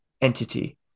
entity